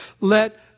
let